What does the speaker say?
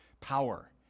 power